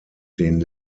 den